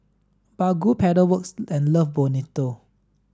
Baggu Pedal Works and Love Bonito